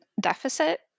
deficit